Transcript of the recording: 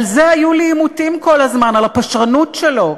על זה היו לי עימותים כל הזמן, על הפשרנות שלו.